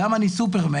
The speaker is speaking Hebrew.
גם אם אני סופרמן,